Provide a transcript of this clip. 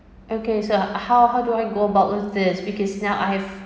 okay so how how do I go about with this because now I have